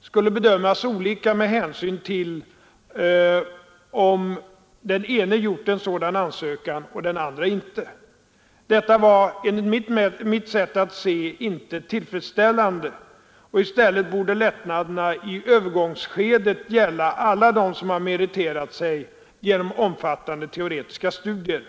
skulle bedömas olika med hänsyn till om den ena gjort en sådan ansökan och den andra inte. Detta var enligt mitt sätt att se inte tillfredsställande; i stället borde lättnaderna i övergångsskedet gälla alla som meriterat sig genom omfattande teoretiska studier.